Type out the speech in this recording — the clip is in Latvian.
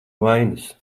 vainas